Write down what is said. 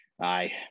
aye